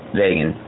vegan